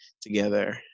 together